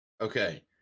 okay